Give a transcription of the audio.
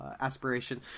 aspiration